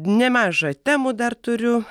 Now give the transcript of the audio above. nemaža temų dar turiu